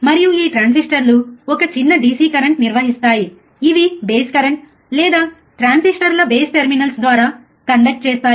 మరియు ఈ ట్రాన్సిస్టర్లు ఒక చిన్న DC కరెంట్ నిర్వహిస్తాయి ఇవి బేస్ కరెంట్ లేదా ట్రాన్సిస్టర్ల బేస్ టెర్మినల్స్ ద్వారా కండక్ట్ చేస్తాయి